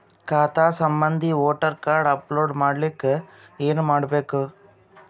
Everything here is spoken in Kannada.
ಖಾತಾ ಸಂಬಂಧಿ ವೋಟರ ಕಾರ್ಡ್ ಅಪ್ಲೋಡ್ ಮಾಡಲಿಕ್ಕೆ ಏನ ಮಾಡಬೇಕು?